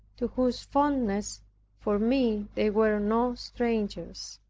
to whose fondness for me they were no strangers.